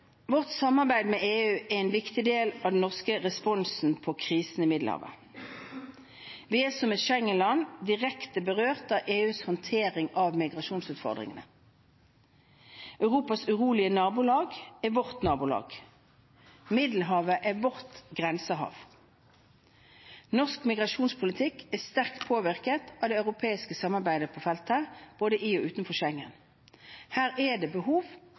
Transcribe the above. Vårt samarbeid med EU er en viktig del av den norske responsen på krisen i Middelhavet. Vi er, som et Schengen-land, direkte berørt av EUs håndtering av migrasjonsutfordringene. Europas urolige nabolag er vårt nabolag. Middelhavet er vårt grensehav. Norsk migrasjonspolitikk er sterkt påvirket av det europeiske samarbeidet på feltet, både i og utenfor Schengen. Her er det behov